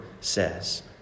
says